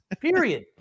Period